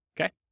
okay